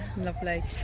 Lovely